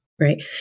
right